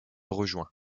rejoint